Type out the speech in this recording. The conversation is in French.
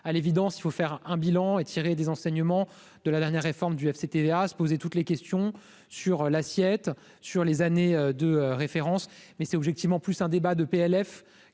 à l'évidence, il faut faire un bilan et tirer des enseignements de la dernière réforme du FCTVA se poser toutes les questions sur l'assiette sur les années de référence mais c'est objectivement plus un débat de PLF